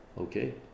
okay